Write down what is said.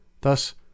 Thus